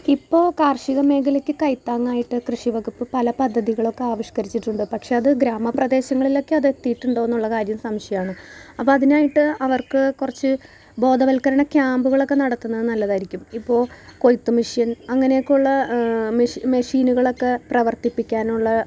ഇപ്പോൾ കാർഷികമേഘലക്ക് കൈത്താങ്ങായിട്ട് കൃഷിവകുപ്പ് പല പദ്ധതികളക്കെ ആവിഷ്കരിച്ചിട്ടുണ്ട് പക്ഷേ അത് ഗ്രാമപ്രദേശങ്ങളിലൊക്കെ അതെത്തീട്ടുണ്ടോന്നുള്ള കാര്യം സംശയമാണ് അപ്പം അതിനായിട്ട് അവർക്ക് കുറച്ച് ബോധവൽക്കരണ ക്യാമ്പ്കളക്കെ നടത്തുന്നത് നല്ലതായിരിക്കും ഇപ്പോൾ കൊയ്ത്ത് മെഷ്യൻ അങ്ങനക്കെയുള്ള മെഷി മെഷിനുകളക്കെ പ്രവർത്തിപ്പിക്കാനുള്ള